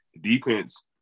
defense